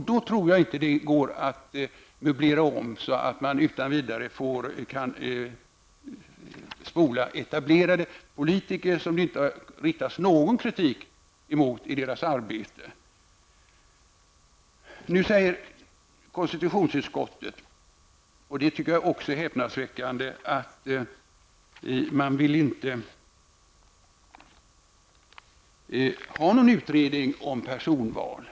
I så fall tror jag inte att det går att möblera om och utan vidare spola etablerade politiker, vars arbete det inte har riktats någon kritik mot. Nu säger konstitutionsutskottet, och det tycker jag också är häpnadsväckande, att man inte vill ha någon utredning om personval.